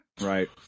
Right